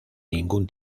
ningún